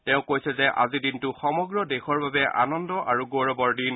তেওঁ কৈছে যে আজি দিনটো সমগ্ৰ দেশৰ বাবে আনন্দ আৰু গৌৰৱৰ দিন